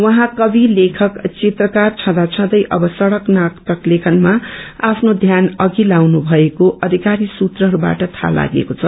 उहाँ कवित लेखक चित्रकार छदाँछदै अब सड़क नाटक लेखनमा आफ्नो ध्यान अघि लगाउनु भएको अघिकारी सुत्रहरूबाट थाहा लागेको छ